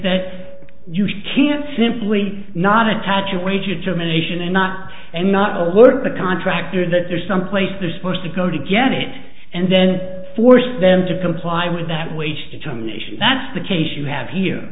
that you can't simply not attach a wager germination a not and not a word the contract or that there's some place they're supposed to go to get it and then force them to comply with that wage determination that's the case you have here